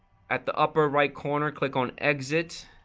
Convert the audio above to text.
at the upper right corner click on exit.